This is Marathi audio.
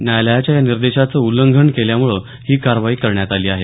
न्यायालयाच्या या निर्देशाचं उल्लघंन केल्यामुळे ही कारवाई करण्यात आली आहे